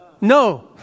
No